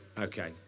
Okay